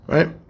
Right